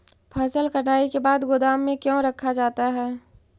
फसल कटाई के बाद गोदाम में क्यों रखा जाता है?